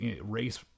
race